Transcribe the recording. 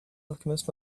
alchemist